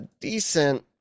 decent